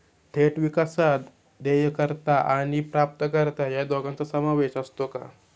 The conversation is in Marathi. थेट विकासात देयकर्ता आणि प्राप्तकर्ता या दोघांचा समावेश असतो का?